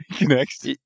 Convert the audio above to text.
next